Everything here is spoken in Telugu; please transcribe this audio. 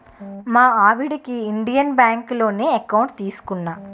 మా ఆవిడకి ఇండియన్ బాంకులోనే ఎకౌంట్ తీసుకున్నా